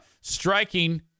striking